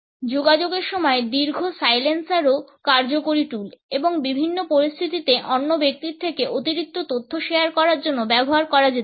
যোগাযোগের সময় দীর্ঘ সাইলেন্সারও কার্যকরী টুল এবং বিভিন্ন পরিস্থিতিতে অন্য ব্যক্তির থেকে অতিরিক্ত তথ্য শেয়ার করার জন্য ব্যবহার করা যেতে পারে